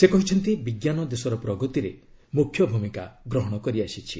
ସେ କହିଛନ୍ତି ବିଜ୍ଞାନ ଦେଶର ପ୍ରଗତିରେ ମୁଖ୍ୟ ଭୂମିକା ଗ୍ରହଣ କରିଆସିଛି